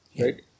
right